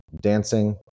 dancing